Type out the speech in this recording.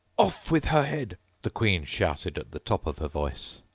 off with her head the queen shouted at the top of her voice.